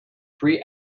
free